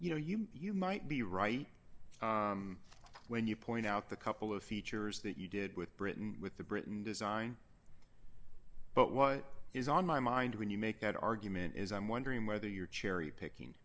you know you you might be right when you point out the couple of features that you did with britain with the britain design but what is on my mind when you make that argument is i'm wondering whether you're cherry picking